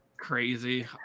Crazy